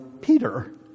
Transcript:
Peter